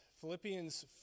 Philippians